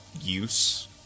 use